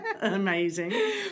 Amazing